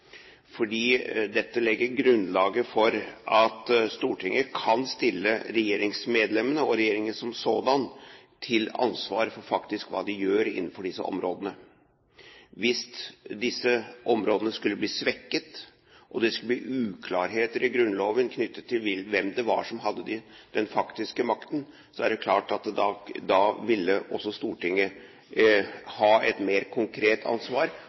fordi dette legger grunnlaget for at Stortinget kan stille regjeringsmedlemmene og regjeringen som sådan til ansvar for hva de faktisk gjør innenfor disse områdene. Hvis disse områdene skulle bli svekket, og det ble uklarheter i Grunnloven knyttet til hvem som har den faktiske makten, er det klart at da ville også Stortinget ha et mer konkret ansvar,